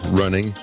running